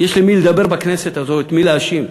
יש על מי לדבר בכנסת הזו, את מי להאשים.